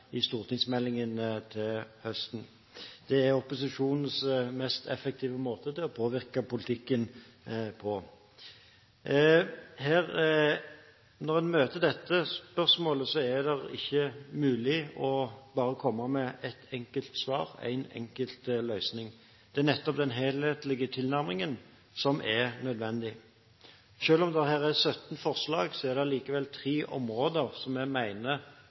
i stortingsmeldingen til høsten. Det er opposisjonens mest effektive måte å påvirke politikken på. Når en møter dette spørsmålet, er det ikke mulig bare å komme med ett enkelt svar, én enkelt løsning. Det er nettopp den helhetlige tilnærmingen som er nødvendig. Selv om dette er 18 punkt, er det allikevel tre områder som jeg